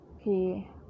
Okay